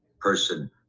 person